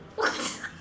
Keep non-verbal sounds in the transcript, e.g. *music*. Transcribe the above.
*noise*